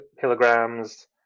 kilograms